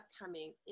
upcoming